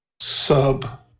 sub